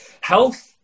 Health